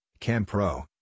CAMPRO